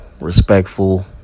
respectful